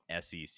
sec